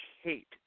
hate –